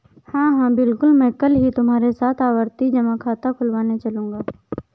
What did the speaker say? हां हां बिल्कुल मैं कल ही तुम्हारे साथ आवर्ती जमा खाता खुलवाने चलूंगा